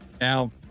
Now